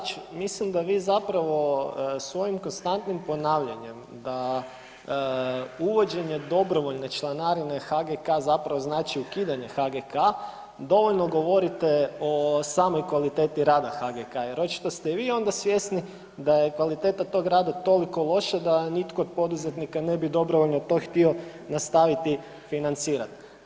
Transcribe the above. Poštovani kolega Pavić, mislim da vi zapravo svojim konstantnim ponavljanjem da uvođenje dobrovoljne članarine HGK zapravo znači ukidanje HGK dovoljno govorite o samoj kvaliteti rada HGK, jer očito ste i vi onda svjesni da je kvaliteta tog rada toliko loša da nitko od poduzetnika ne bi dobrovoljno to htio nastaviti financirati.